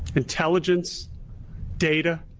intelligence data,